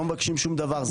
לא מבקשים שום דבר.